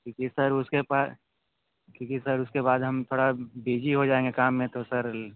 क्योंकि सर उसके बाद क्योंकि सर उसके बाद हम थोड़ा बिज़ी हो जाएंगे काम में तो सर